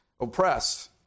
oppressed